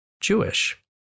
Jewish